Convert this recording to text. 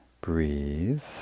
Breathe